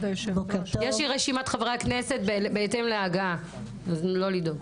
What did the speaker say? יש לי רשימת חברי הכנסת בהתאם להגעה, אז לא לדאוג.